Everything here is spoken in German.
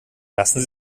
lassen